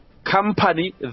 Company